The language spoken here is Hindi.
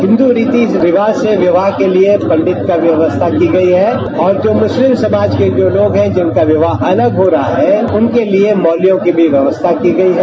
हिन्दू रीति रिवाज से विवाह के लिये पंडित की व्यवस्था की गई है और जो मुस्लिम समाज के जो लोग है जिनका विवाह अलग हो रहा है उनके लिये मौलवी की व्यवस्था की गई है